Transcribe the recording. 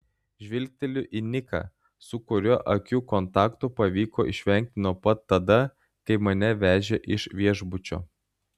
žvilgteliu į niką su kuriuo akių kontakto pavyko išvengti nuo pat tada kai mane vežė iš viešbučio